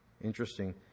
Interesting